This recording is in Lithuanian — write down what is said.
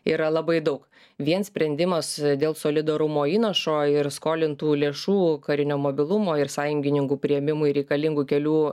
yra labai daug vien sprendimas dėl solidarumo įnašo ir skolintų lėšų karinio mobilumo ir sąjungininkų priėmimui reikalingų kelių